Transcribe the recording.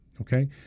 okay